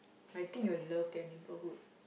I think you'll love their neighbourhood